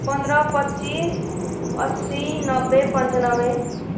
पन्ध्र पच्चिस असी नब्बे पन्चान्नब्बे